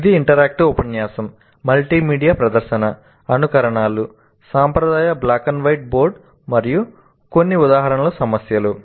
ఇది ఇంటరాక్టివ్ ఉపన్యాసం మల్టీమీడియా ప్రదర్శన అనుకరణలు సాంప్రదాయ బ్లాక్ లేదా వైట్ బోర్డు మరియు కొన్ని ఉదాహరణ సమస్యలు